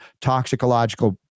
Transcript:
toxicological